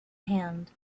hand